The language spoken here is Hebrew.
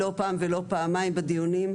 לא פעם ולא פעמיים בדיונים.